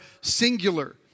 singular